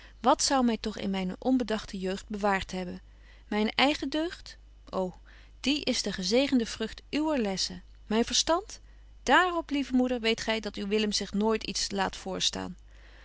wat zou my toch in myne onbedagte jeugd bewaart hebben myne eigen deugd ô die is de gezegende vrucht uwer lessen myn verstand dààr op lieve moeder weet gy dat uw willem zich nooit iets liet